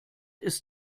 ist